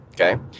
okay